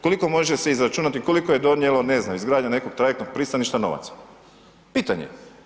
Koliko može se izračunati, koliko je donijelo, ne znam, izgradnja nekog trajektnog pristaništa novaca, pitanje je.